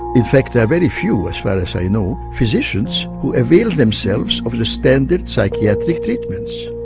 in fact there are very few as far as i know physicians who avail themselves of the standard psychiatric treatments.